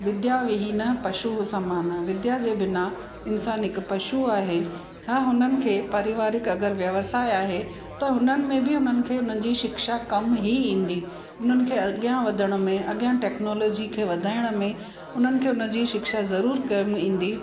विद्या विहिन पशु समानु आहे विद्या जे बिना इन्सानु हिक पशु आहे हा हुननि खे परिवारिक अगरि व्यवसाय आहे त हुननि में बि हुननि खे हुननि जी शिक्षा कम ही ईंदी हुननि खे अॻियां वधण में अॻियां टेक्नोलॉजी खे वधाइण में उन्हनि खे उन्हनि जी शिक्षा जरूर कम ईंदी